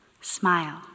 Smile